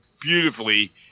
beautifully